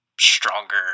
stronger